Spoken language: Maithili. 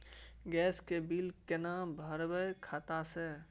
गैस के बिल केना भरबै खाता से?